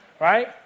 right